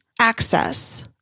access